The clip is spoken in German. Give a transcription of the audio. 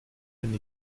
wenn